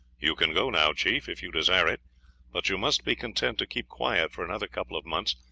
you can go now, chief, if you desire it but you must be content to keep quiet for another couple of months,